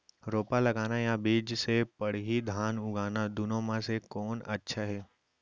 रोपा लगाना या बीज से पड़ही धान उगाना दुनो म से कोन अच्छा हे?